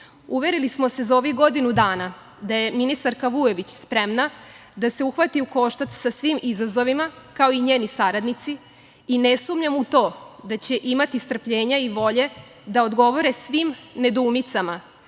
praksi. Uverili smo se za ovih godinu dana da je ministarka Vujović spremna da se uhvati ukoštac sa svim izazovima, kao i njeni saradnici, i ne sumnjam u to da će imati strpljenja i volje da odgovore svim nedoumicama